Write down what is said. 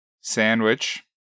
sandwich